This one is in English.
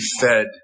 fed